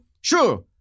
Sure